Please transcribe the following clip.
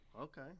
okay